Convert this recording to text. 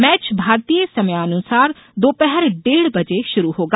match भारतीय समयानुसार दोपहर डेढ़ बजे शुरू होगा